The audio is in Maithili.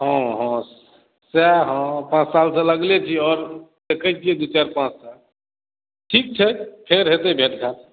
हॅं हॅं सएह हॅं पाँच साल सॅं लागले छी देखै छियै चारि पाँच साल ठीक छै फेर हेतै भेंट घाँट